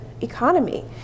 economy